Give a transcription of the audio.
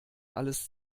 alles